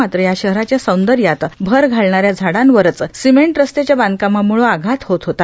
मात्र या शहराच्या सौंदर्यात भर घालणा या झाडावरच सिमेंट रस्त्यांच्या बंधकामामुळे आघात होत होता